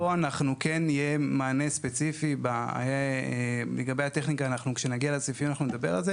פה כן יהיה מענה ספציפי לגבי הטכניקה; כשנגיע לסעיפים אנחנו נדבר על זה.